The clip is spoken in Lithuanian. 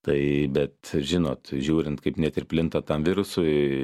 tai bet žinot žiūrint kaip net ir plinta tam virusui